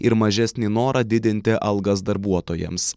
ir mažesnį norą didinti algas darbuotojams